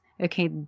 okay